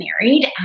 married